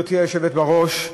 גברתי היושבת בראש,